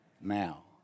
Now